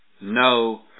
no